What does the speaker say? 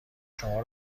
شما